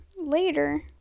later